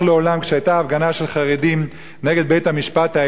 כשהיתה הפגנה של חרדים נגד בית-המשפט העליון,